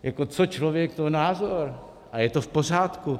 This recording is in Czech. Jako co člověk, to názor a je to v pořádku.